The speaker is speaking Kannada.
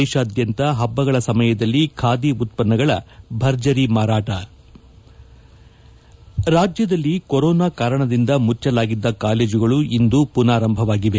ದೇಶಾದ್ಯಂತ ಹಬ್ಲಗಳ ಸಮಯದಲ್ಲಿ ಖಾದಿ ಉತ್ಪನ್ನಗಳ ಭರ್ಜರಿ ಮಾರಾಟ ರಾಜ್ಯದಲ್ಲಿ ಕೊರೋನಾ ಕಾರಣದಿಂದ ಮುಚ್ಚಲಾಗಿದ್ದ ಕಾಲೇಜುಗಳು ಇಂದು ಪುನಾರಂಭವಾಗಿವೆ